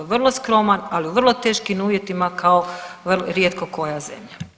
Vrlo skroman, ali u vrlo teškim uvjetima kao rijetko koja zemlja.